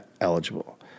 eligible